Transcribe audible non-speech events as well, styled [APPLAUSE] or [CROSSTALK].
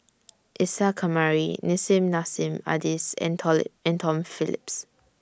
Isa Kamari Nissim Nassim Adis and [UNINTELLIGIBLE] and Tom Phillips